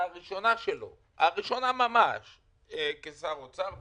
הראשונה שלו הראשונה ממש כשר אוצר.